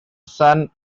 son